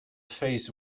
phase